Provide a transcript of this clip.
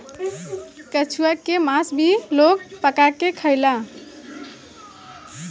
कछुआ के मास भी लोग पका के खाला